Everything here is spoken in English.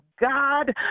God